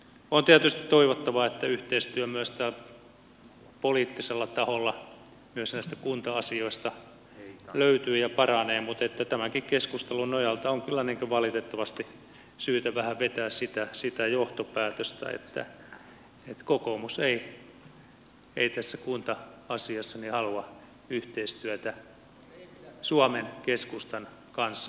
on tietysti toivottavaa että yhteistyö myös tällä poliittisella taholla myös näistä kunta asioita löytyy ja paranee mutta tämänkin keskustelun nojalta on kyllä valitettavasti syytä vähän vetää sitä johtopäätöstä että kokoomus ei tässä kunta asiassa halua yhteistyötä suomen keskustan kanssa